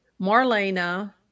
Marlena